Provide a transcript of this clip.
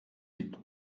liegt